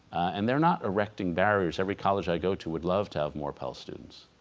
and they're not erecting barriers every college i go to would love to have more pell students,